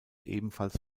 ebenfalls